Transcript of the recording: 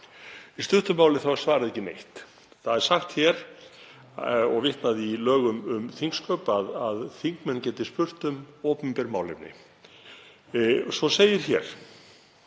Í stuttu máli er svarið ekki neitt. Hér er sagt, og vitnað í lög um þingsköp, að þingmenn geti spurt um opinber málefni. Svo segir hér,